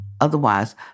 Otherwise